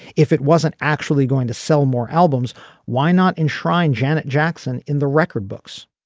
if it wasn't actually going to sell more albums why not enshrine janet jackson in the record books.